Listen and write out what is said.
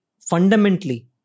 fundamentally